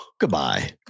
Goodbye